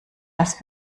dass